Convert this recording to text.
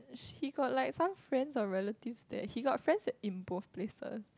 he got like some friends or relatives there he got friends in both places